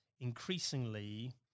increasingly